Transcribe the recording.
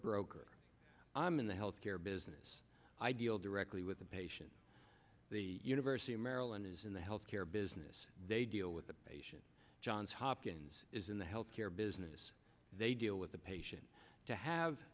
broke i'm in the health care business i deal directly with the patients the university of maryland is in the healthcare business they deal with the patient johns hopkins is in the healthcare business they deal with the patient to have